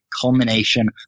culmination